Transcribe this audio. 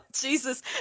Jesus